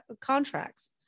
contracts